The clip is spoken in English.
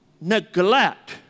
neglect